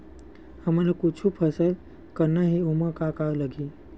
हमन ला कुछु फसल करना हे ओमा का का लगही?